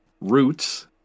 roots